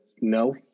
no